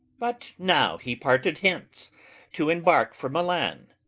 but now he parted hence to embark for milan.